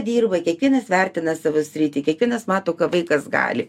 dirba kiekvienas vertina savo sritį kiekvienas mato ką vaikas gali